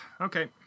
okay